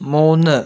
മൂന്ന്